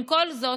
עם כל זאת,